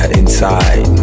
inside